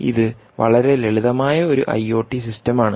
ഇത് വളരെ ലളിതമായ ഒരു ഐഒടി സിസ്റ്റം ആണ്